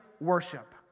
worship